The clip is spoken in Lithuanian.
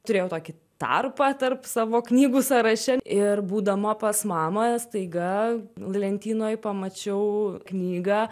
turėjau tokį tarpą tarp savo knygų sąraše ir būdama pas mamą staiga lentynoj pamačiau knygą